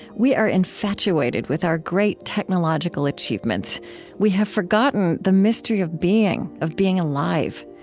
we are infatuated with our great technological achievements we have forgotten the mystery of being, of being alive.